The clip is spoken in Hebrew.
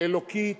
אלוקית